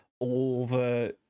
over